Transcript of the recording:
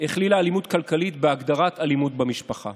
הכלילה אלימות כלכלית בהגדרת אלימות במשפחה.